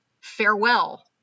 Farewell